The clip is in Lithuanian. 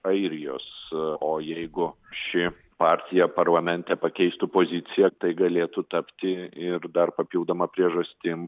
airijos o jeigu ši partija parlamente pakeistų poziciją tai galėtų tapti ir dar papildoma priežastim